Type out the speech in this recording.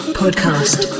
podcast